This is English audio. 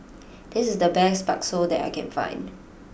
this is the best Bakso that I can find